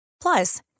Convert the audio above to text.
Plus